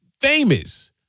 Famous